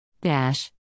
Dash